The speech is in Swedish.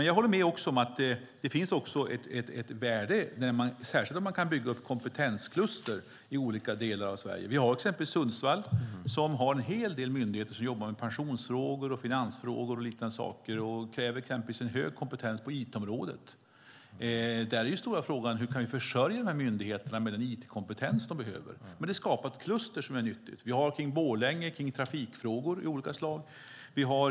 Jag håller med om att det finns ett värde i att bygga upp kompetenskluster i olika delar av Sverige. I Sundsvall finns en hel del myndigheter som jobbar med pensionsfrågor, finansfrågor och liknande frågor. Det kräver till exempel hög kompetens på it-området. Där är den stora frågan hur myndigheterna kan försörjas med den it-kompetens de behöver. Men det skapar ett nyttigt kluster. I Borlänge finns ett kluster med trafikfrågor.